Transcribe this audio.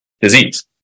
disease